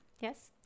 Yes